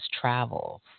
travels